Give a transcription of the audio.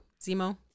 Zemo